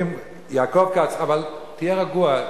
אומרים, יעקב כץ, אבל תהיה רגוע.